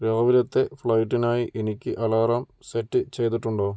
രാവിലത്തെ ഫ്ലൈറ്റിനായി എനിക്ക് അലാറം സെറ്റ് ചെയ്തിട്ടുണ്ടോ